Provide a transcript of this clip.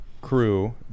crew